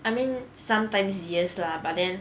I mean sometimes yes lah but then